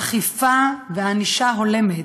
אכיפה וענישה הולמת,